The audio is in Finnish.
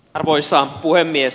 arvoisa puhemies